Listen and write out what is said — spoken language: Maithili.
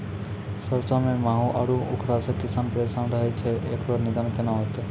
सरसों मे माहू आरु उखरा से किसान परेशान रहैय छैय, इकरो निदान केना होते?